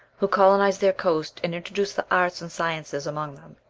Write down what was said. who colonized their coast and introduced the arts and sciences among them.